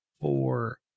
four